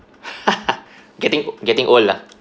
getting getting old ah